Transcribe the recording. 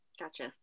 Gotcha